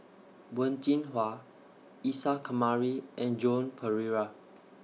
Wen Jinhua Isa Kamari and Joan Pereira